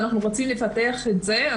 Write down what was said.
אנחנו רוצים לפתח את זה.